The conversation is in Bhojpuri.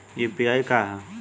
यू.पी.आई का ह?